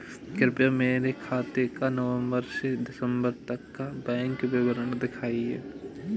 कृपया मेरे खाते का नवम्बर से दिसम्बर तक का बैंक विवरण दिखाएं?